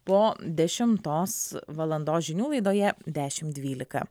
po dešimtos valandos žinių laidoje dešim dvylika